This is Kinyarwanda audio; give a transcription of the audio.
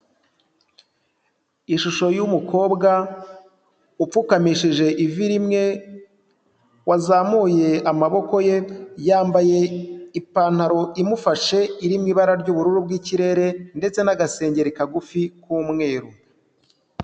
Ishusho y'umukobwa, upfukamishije ivi rimwe, wazamuye amaboko ye, yambaye ipantaro imufashe iri mu ibara ry'ubururu bw'ikirere ndetse n'agasengeri kagufi k'umweru.